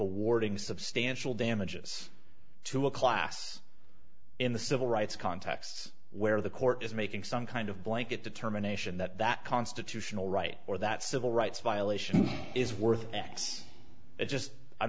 awarding substantial damages to a class in the civil rights contexts where the court is making some kind of blanket determination that that constitutional right or that civil rights violation is worth x it just i'm